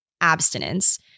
abstinence